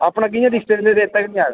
अपना कि'यां दिखचै जेल्लै रेत्ता गै निं आया